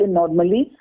normally